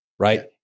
Right